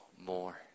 more